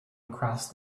across